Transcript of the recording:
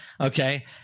okay